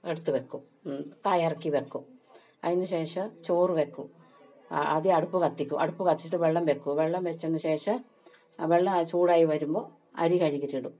എടുത്ത് വെക്കും തായ എറക്കി വക്കും അതിന് ശേഷം ചോറ് വയ്ക്കും ആദ്യം അടുപ്പ് കത്തിക്കും അടുപ്പ് കത്തിച്ചിട്ട് വെള്ളം വയ്ക്കും വെള്ളം വച്ചതിന് ശേഷം വെള്ളം ചൂടായി വരുമ്പോൾ അരി കഴുകിയിട്ടിടും